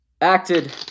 acted